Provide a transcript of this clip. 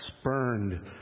spurned